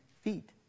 feet